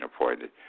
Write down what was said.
appointed